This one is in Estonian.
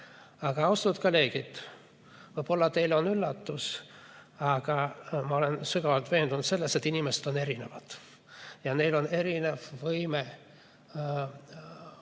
Austatud kolleegid, võib-olla on see teile üllatus, aga ma olen sügavalt veendunud selles, et inimesed on erinevad ja neil on erinev võime